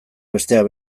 besteak